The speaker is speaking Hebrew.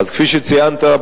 כפי שציינת,